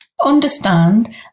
understand